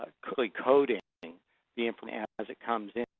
ah correctly coding the information as it comes in.